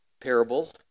parable